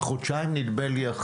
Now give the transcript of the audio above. חודשיים נדמה לי,